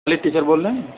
علی teacher بول رہے ہیں